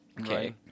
Okay